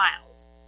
miles